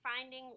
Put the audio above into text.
finding